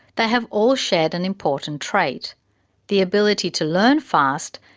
they have all shared an important trait the ability to learn fast,